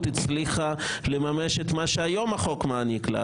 הצליחה לממש את מה שהיום החוק מעניק לה.